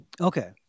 Okay